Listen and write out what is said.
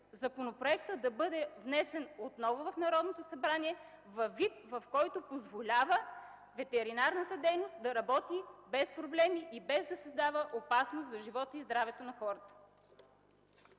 законопроектът да бъде внесен отново в Народното събрание във вид, който ще позволи ветеринарната дейност да работи без проблеми и без да създава опасност за живота и здравето на хората.